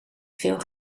veel